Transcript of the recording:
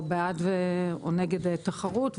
או בעד או נגד תחרות.